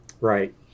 Right